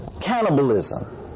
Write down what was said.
cannibalism